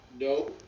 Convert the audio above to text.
No